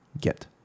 get